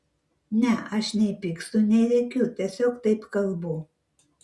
ne aš nei pykstu nei rėkiu tiesiog taip kalbu